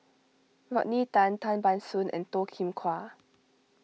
Rodney Tan Tan Ban Soon and Toh Kim Hwa